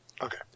Okay